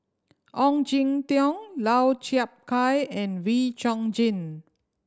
Ong Jin Teong Lau Chiap Khai and Wee Chong Jin